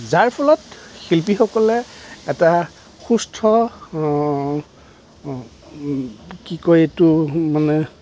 যাৰ ফলত শিল্পীসকলে এটা সুস্থ কি কয় এইটো মানে